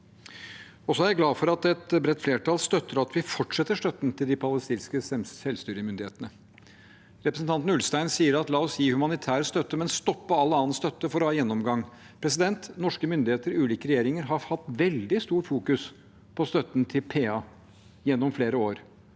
Jeg er også glad for at et bredt flertall støtter at vi fortsetter støtten til de palestinske selvstyremyndighetene. Representanten Ulstein sier: La oss gi humanitær støtte, men stoppe all annen støtte, for å ha en gjennomgang. Norske myndigheter, ulike regjeringer, har hatt veldig stort fokus på støtten til PA gjennom flere år